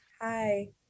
Hi